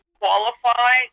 qualify